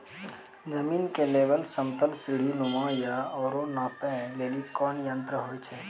जमीन के लेवल समतल सीढी नुमा या औरो नापै लेली कोन यंत्र होय छै?